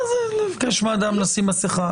מה זה לבקש מאדם לשים מסכה?